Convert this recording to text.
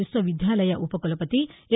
విశ్వ విద్యాలయ ఉపకులపతి ఏ